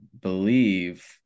believe